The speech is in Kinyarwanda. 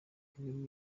kagame